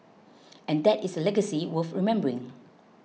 and that is a legacy worth remembering